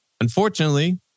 unfortunately